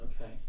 Okay